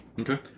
okay